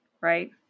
right